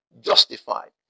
justified